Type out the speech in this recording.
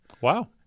Wow